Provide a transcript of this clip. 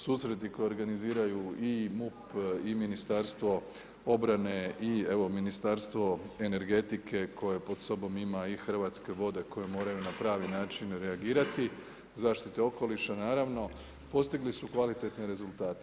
Susreti koje organiziraju i MUP i Ministarstvo obrane i evo Ministarstvo energetike koje pod sobom ima i Hrvatske vode koje moraju na pravi način reagirati, zaštite okoliša naravno, postigli su kvalitetne rezultate.